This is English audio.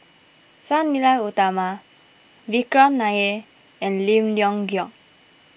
Sang Nila Utama Vikram Nair and Lim Leong Geok